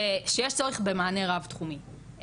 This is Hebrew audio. שיש צורך במענה רב תחומי.